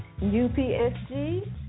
UPSG